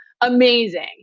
Amazing